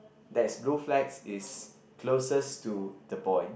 that is blue flags is closest to the boy